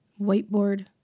whiteboard